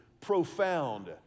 profound